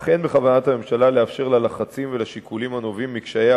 אך אין בכוונת הממשלה לאפשר ללחצים ולשיקולים הנובעים מקשייה